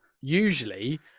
usually